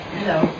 Hello